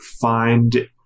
find